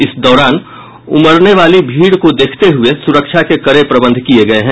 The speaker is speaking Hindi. इस दौरान उमड़ने वाली भारी भीड़ को देखते हुये सुरक्षा के कड़े प्रबंध किए गए हैं